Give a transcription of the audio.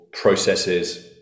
processes